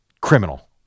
criminal